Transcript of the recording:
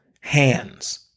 hands